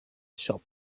shop